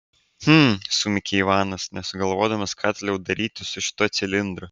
hm sumykė ivanas nesugalvodamas ką toliau daryti su šituo cilindru